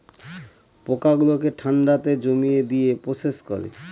পোকা গুলোকে ঠান্ডাতে জমিয়ে দিয়ে প্রসেস করে